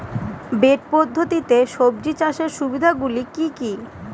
Bed পদ্ধতিতে সবজি চাষের সুবিধাগুলি কি কি?